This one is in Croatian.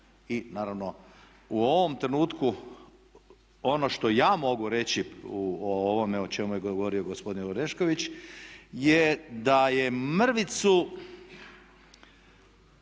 i naravno u ovom trenutku ono što ja mogu reći o ovome o čemu je govorio gospodin Orešković je da je mrvicu